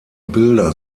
bilder